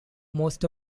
most